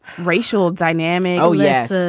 racial dynamic. oh, yes. ah